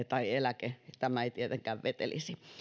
tai eläke sinne pankkiin menee tämä ei tietenkään vetelisi